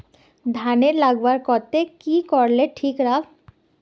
धानेर लगवार केते की करले ठीक राब?